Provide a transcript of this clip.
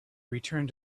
returned